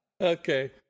Okay